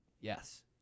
Yes